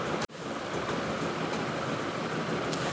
মানুষ বাগানে প্রজাপতির চাষের সময় বিভিন্ন প্রক্রিয়া মেনে করে